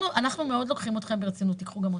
אנחנו לוקחים אתכם ברצינות קחו גם אותנו.